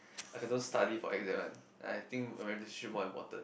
I can don't study for exam one and I think my relationship more important